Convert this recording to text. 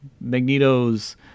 Magneto's